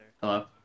Hello